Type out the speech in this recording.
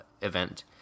event